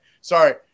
Sorry